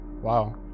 Wow